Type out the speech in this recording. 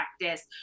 practice